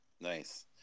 nice